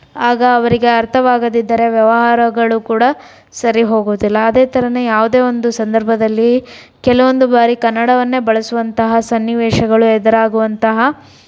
ಆಗ ಅವರಿಗೆ ಅರ್ಥವಾಗದಿದ್ದರೆ ವ್ಯವಹಾರಗಳು ಕೂಡ ಸರಿ ಹೋಗುವುದಿಲ್ಲ ಅದೇ ಥರನೇ ಯಾವುದೇ ಒಂದು ಸಂದರ್ಭದಲ್ಲಿ ಕೆಲವೊಂದು ಬಾರಿ ಕನ್ನಡವನ್ನೇ ಬಳಸುವಂತಹ ಸನ್ನಿವೇಶಗಳು ಎದುರಾಗುವಂತಹ